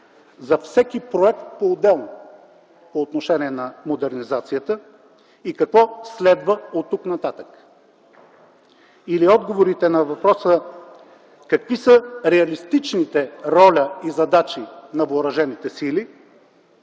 за всеки проект поотделно по отношение на модернизацията и какво следва оттук нататък или отговорите на въпроса: какви са реалистичните роли и задачи на въоръжените сили,